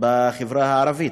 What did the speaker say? בחברה הערבית.